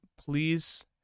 please